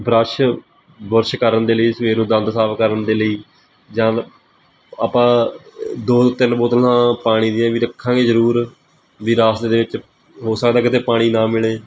brush brush ਕਰਨ ਦੇ ਲਈ ਸਵੇਰ ਨੂੰ ਦੰਦ ਸਾਫ਼ ਕਰਨ ਦੇ ਲਈ ਜਾਂ ਆਪਾਂ ਦੋ ਤਿੰਨ ਬੋਤਲਾਂ ਪਾਣੀ ਦੀਆਂ ਵੀ ਰੱਖਾਂਗੇ ਜ਼ਰੂਰ ਵੀ ਰਾਸਤੇ ਦੇ ਵਿੱਚ ਹੋ ਸਕਦਾ ਕਿਤੇ ਪਾਣੀ ਨਾ ਮਿਲੇ